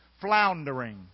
floundering